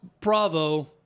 Bravo